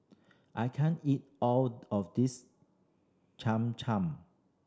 I can't eat all of this Cham Cham